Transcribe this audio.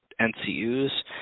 NCU's